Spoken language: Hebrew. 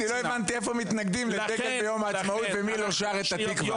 אני לא הבנתי איפה מתנגדים לדגל ביום העצמאות ומי לא שר את התקווה.